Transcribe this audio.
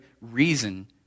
reason